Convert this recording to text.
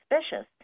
suspicious